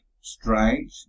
strange